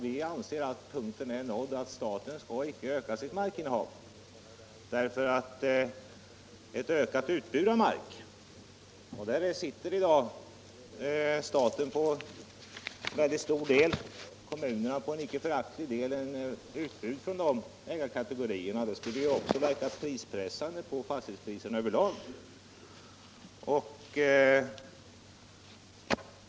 Vi anser att punkten är nådd där staten icke skall öka sitt markinnehav, därför att ett ökat utbud av mark från ägarkategorierna till staten, som i dag har en väldigt stor del, och från kommunerna, som också har en icke föraktlig del, skulle verka pressande på fastighetspriserna över lag.